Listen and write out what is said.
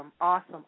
awesome